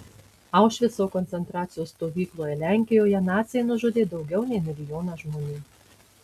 aušvico koncentracijos stovykloje lenkijoje naciai nužudė daugiau nei milijoną žmonių